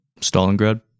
Stalingrad